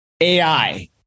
AI